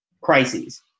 crises